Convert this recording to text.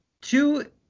Two